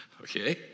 okay